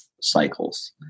cycles